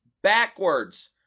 backwards